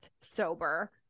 sober